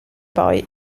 poi